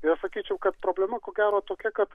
ir aš sakyčiau kad problema ko gero tokia kad